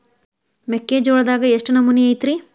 ಮೆಕ್ಕಿಜೋಳದಾಗ ಎಷ್ಟು ನಮೂನಿ ಐತ್ರೇ?